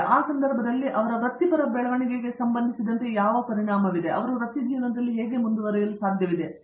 ಆದ್ದರಿಂದ ಆ ಸಂದರ್ಭದಲ್ಲಿ ಅವರ ವೃತ್ತಿಪರ ಬೆಳವಣಿಗೆಗೆ ಸಂಬಂಧಿಸಿದಂತೆ ಯಾವ ಪರಿಣಾಮವಿದೆ ಎಂದು ನಿಮಗೆ ತಿಳಿದಿದೆ